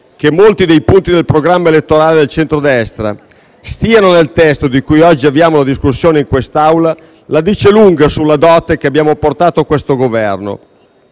che molti dei punti del programma elettorale del centrodestra stiano nel testo di cui oggi avviamo la discussione in quest'Assemblea la dice lunga sulla dote che abbiamo portato a questo Governo